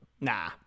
Nah